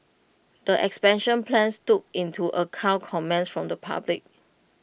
the expansion plans took into account comments from the public